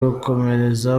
gukomeza